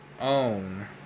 own